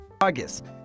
august